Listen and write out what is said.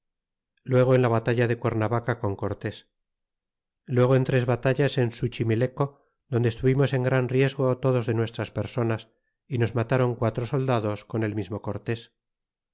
luego en la batalla de cuernavaca con cortés luego en tres batallas en suchinaileco donde estuvimos en gran riesgo todos de nuestras personas y nos mataron quatro soldados con el mismo cortés